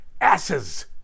asses